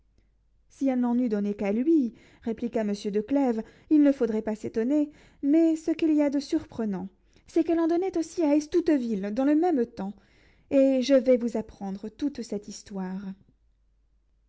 si elle n'en eût donné qu'à lui répliqua monsieur de clèves il ne faudrait pas s'étonner mais ce qu'il y a de surprenant c'est qu'elle en donnait aussi à estouteville dans le même temps et je vais vous apprendre toute cette histoire